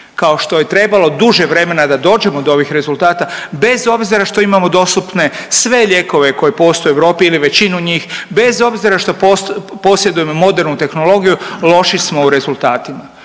kao što je trebalo duže vremena da dođemo do ovih rezultata, bez obzira što imamo dostupne sve lijekove koji postoje u Europi ili većinu, bez obzira što posjedujemo modernu tehnologiju loši smo u rezultatima